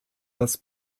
das